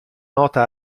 nota